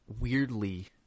weirdly